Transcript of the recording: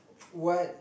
what